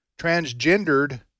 transgendered